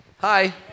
Hi